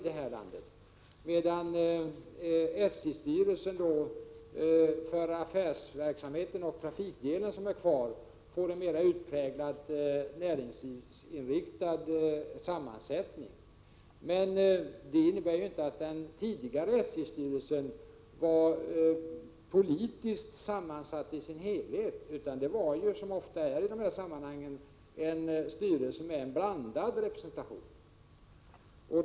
Däremot får SJ-styrelsen när det gäller affärsverksamheten och den trafikdel som blir kvar en mera utpräglad näringslivsinriktad sammansättning. Men det innebär inte att den tidigare SJ-styrelsen var politiskt sammansatt i sin helhet, utan den hade — som så ofta är fallet i dessa sammanhang — en styrelse med blandad representation.